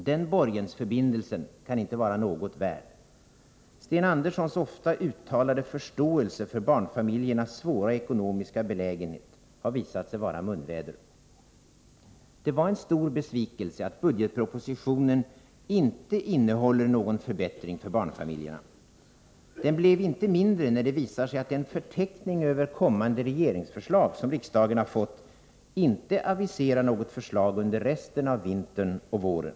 Den borgensförbindelsen kan inte vara något värd. Sten Anderssons ofta uttalade förståelse för barnfamiljernas svåra ekonomiska belägenhet har visat sig vara munväder. Det var en stor besvikelse att budgetpropositionen inte innehåller någon förbättring för barnfamiljerna. Den blev inte mindre, när det visar sig att den förteckning över kommande regeringsförslag som riksdagen har fått inte aviserar något förslag under resten av vintern och våren.